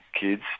kids